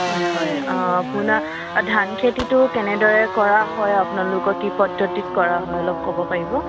হয় হয় অ' আপোনাৰ ধান খেতিটো কেনেদৰে কৰা হয় আপোনালোকৰ কি পদ্ধতিত কৰা হয় অলপ ক'ব পাৰিব